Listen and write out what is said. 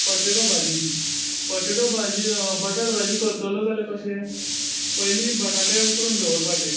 potato bhaji potato bhaji बटाट भजीं करतलो जाल्यार कशें पयलीं बटाटे उकडून दवरपाचे